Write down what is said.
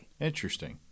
Interesting